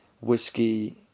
whiskey